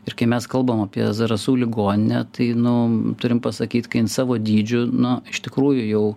ir kai mes kalbam apie zarasų ligoninę tai nu turim pasakyt kad jin savo dydžiu nu iš tikrųjų jau